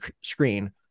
screen